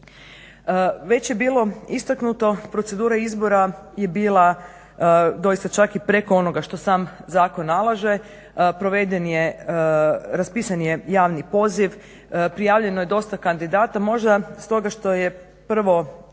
Već je bilo istaknuto procedura izbora je bila doista čak i preko onoga što sam zakon nalaže, proveden je, raspisan je javni poziv, prijavljeno je dosta kandidata. Možda stoga što je prvi